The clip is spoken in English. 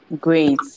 great